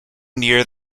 near